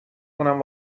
کنم